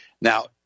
Now